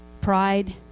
Pride